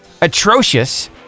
atrocious